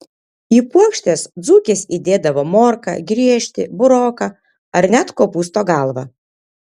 į puokštes dzūkės įdėdavo morką griežtį buroką ar net kopūsto galvą